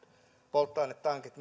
polttoainetankit